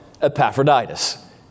Epaphroditus